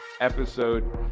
episode